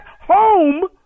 home